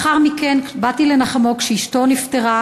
לאחר מכן באתי לנחמו כשאשתו נפטרה.